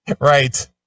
right